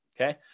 Okay